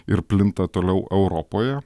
ir plinta toliau europoje